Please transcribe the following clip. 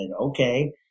Okay